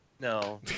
No